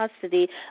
custody